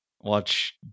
watch